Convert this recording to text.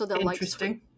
interesting